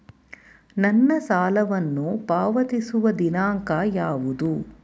ನನ್ನ ಸಾಲವನ್ನು ಪಾವತಿಸುವ ದಿನಾಂಕ ಯಾವುದು?